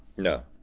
no.